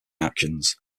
actions